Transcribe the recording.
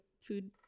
food